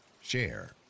share